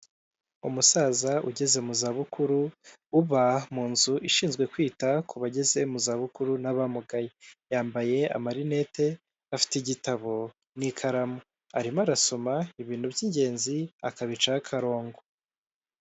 Umusaza ugeze mu zabukuru, uba mu nzu ishinzwe kwita ku bageze mu zabukuru n'abamugaye. Yambaye amarinete afite igitabo n'ikaramu, arimo arasoma ibintu by'ingenzi akabicaho akarongo.